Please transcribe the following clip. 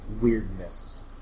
weirdness